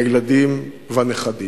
הילדים והנכדים,